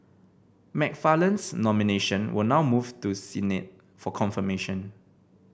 McFarland's nomination will now move to the Senate for confirmation